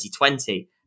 2020